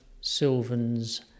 Sylvans